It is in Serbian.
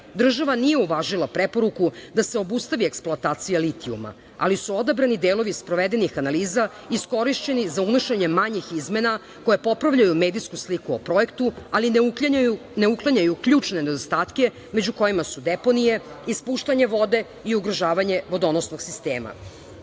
Država nije uvažila preporuku da se obustavi eksploatacija litijuma, ali su odabrani delovi sprovedenih analiza iskorišćeni za unošenje manjih izmena koje popravljaju medijsku sliku o projektu ali ne uklanjaju ključne nedostatke, među kojima su deponije, ispuštanje vode i ugrožavanje vodonosnog sistema. Naši